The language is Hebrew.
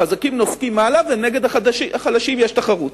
החזקים נוסקים מעלה, ונגד החלשים יש תחרות.